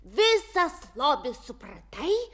visas lobis supratai